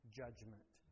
judgment